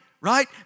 right